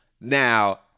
Now